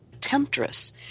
temptress